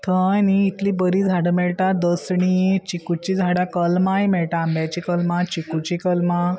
थंय न्ही इतली बरी झाडां मेळटा दसणी चिकूची झाडां कलमांय मेळटा आंब्याची कलमां चिकूची कलमां